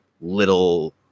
little